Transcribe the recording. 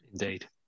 Indeed